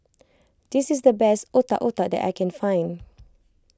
this is the best Otak Otak that I can find